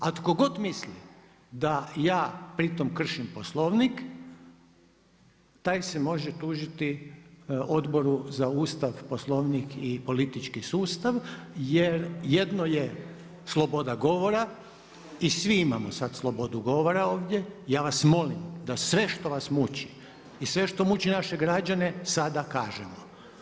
A tko god misli da ja pritom kršim Poslovnik, taj se može tužiti Odboru za Ustav, Poslovnik i politički sustav jer jedno je sloboda govora i svi imamo sad slobodu govora ovdje, ja vas molim, da sve što vas muči i sve što muči naše građane, sada kažemo.